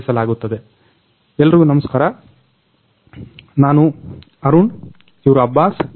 ಎಲ್ರಿಗೂ ನಮಸ್ಕಾರ ನಾನು ಅರುಣ್ ಇವ್ರು ಅಬ್ಬಾಸ್